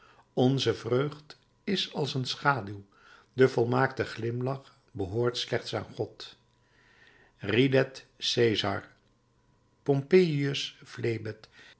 onze vreugd is als een schaduw de volmaakte glimlach behoort slechts aan god ridet cæsar pompeius